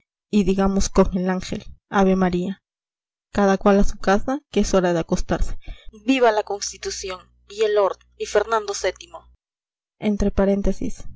y digamos con el ángel ave maría cada cual a su casa que es hora de acostarse viva la constitución y el lord y fernando